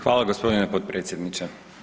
Hvala gospodine potpredsjedniče.